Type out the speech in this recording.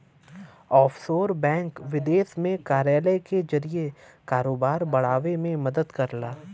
offshore bank विदेश में कार्यालय के जरिए कारोबार बढ़ावे में मदद करला